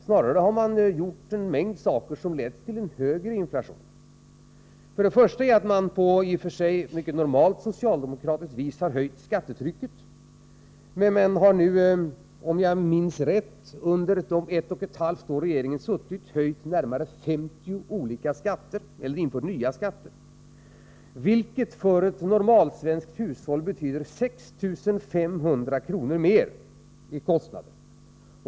Snarare har man gjort en mängd saker som lett till en positionen högre inflation. Först och främst har man på normalt socialdemokratiskt vis höjt skattetrycket. Om jag nu minns rätt har man under de ett och halvt år regeringen suttit höjt eller infört närmare 50 olika skatter, vilket för ett normalt svenskt hushåll betyder 6 500 kr. mer i kostnader.